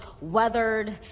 weathered